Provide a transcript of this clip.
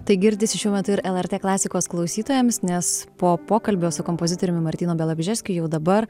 tai girdisi šiuo metu ir lrt klasikos klausytojams nes po pokalbio su kompozitoriumi martynu bialobžeskiu jau dabar